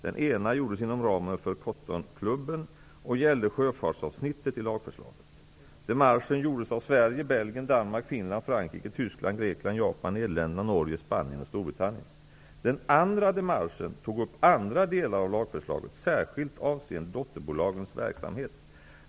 Den ena gjordes inom ramen för Cottonklubben och gällde sjöfartsavsnittet i lagförslaget. Démarchen gjordes av Sverige, Grekland, Japan, Nederländerna, Norge, Spanien och Storbritannien. Den andra démarchen tog upp andra delar av lagförslaget, särskilt avseende dotterbolags verksamhet.